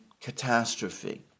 catastrophe